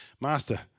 Master